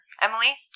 Emily